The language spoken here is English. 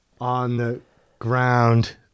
on-the-ground